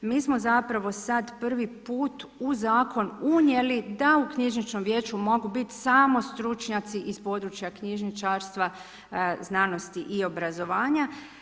Mi smo zapravo sad prvi put u Zakon unijeli da u knjižničnom vijeću mogu biti samo stručnjaci iz područja knjižničarstva, znanosti i obrazovanja.